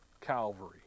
Calvary